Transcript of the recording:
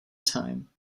time